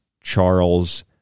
Charles